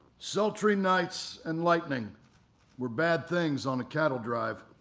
sultry nights and lightning were bad things on a cattle drive,